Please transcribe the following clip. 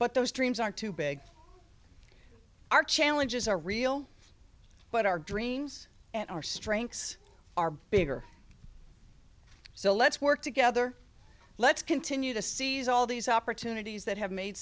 but those dreams are too big our challenges are real but our dreams and our strengths are bigger so let's work together let's continue to seize all these opportunities that have made